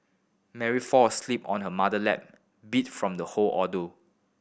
Mary fall asleep on her mother lap beat from the whole ordeal